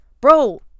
bro